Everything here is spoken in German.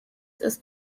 ist